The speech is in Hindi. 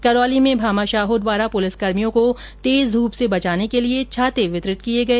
करौली में भामाशाहों द्वारा पुलिसकर्मियों को तेज धूप से बचाने के लिए छाते वितरित किए गए